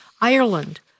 Ireland